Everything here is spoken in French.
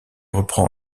reprend